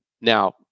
Now